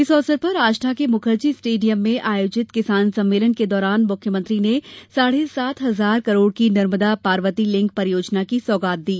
इस अवसर पर आष्टा के मुखर्जी स्टेडियम में आयोजित किसान सम्मेलन के दौरान मुख्यमंत्री ने साढ़े सात हजार करोड़ की नर्मदा पार्वती लिंक परियोजना की सौगात दी